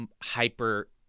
hyper